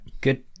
Good